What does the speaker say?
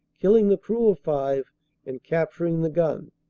killing the crew of five and capturing the gun.